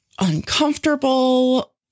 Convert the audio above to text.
uncomfortable